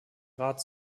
rat